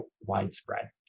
widespread